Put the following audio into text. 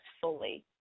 fully